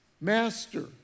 Master